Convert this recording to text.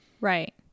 Right